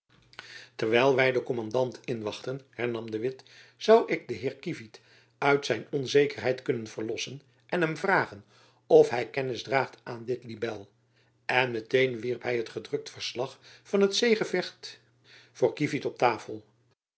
terwijl wy den kommandant inwachten hernam de witt zoude ik den heer kievit uit zijn onzekerheid kunnen verlossen en hem vragen of hy kennis draagt aan dit libel en met-een wierp hy het gedrukt verslag van het zeegevecht voor kievit op tafel